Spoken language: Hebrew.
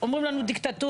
אומרים לנו דיקטטורה.